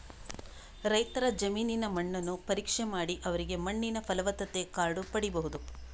ರೈತರ ಜಮೀನಿನ ಮಣ್ಣನ್ನು ಪರೀಕ್ಷೆ ಮಾಡಿ ಅವರಿಗೆ ಮಣ್ಣಿನ ಫಲವತ್ತತೆ ಕಾರ್ಡು ಪಡೀಬಹುದು